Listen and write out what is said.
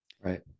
right